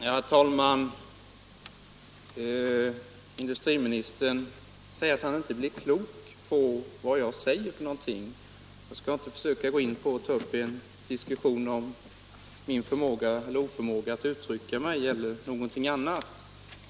Herr talman! Industriministern anför att han inte blir klok på vad jag säger. Jag skall inte försöka ta upp en diskussion om min förmåga eller oförmåga att uttrycka mig eller något annat i den vägen.